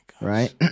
right